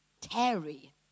Terry